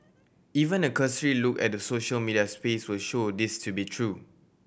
even a cursory look at the social media space will show this to be true